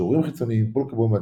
קישורים חיצוניים פול קמבון,